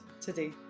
today